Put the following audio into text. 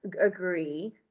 agree